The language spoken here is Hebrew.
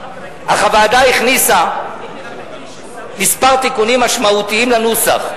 אך הוועדה הכניסה מספר תיקונים משמעותיים לנוסח.